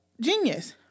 genius